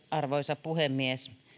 arvoisa puhemies